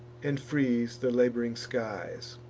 and frees the lab'ring skies.